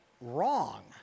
wrong